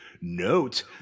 Note